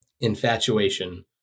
infatuation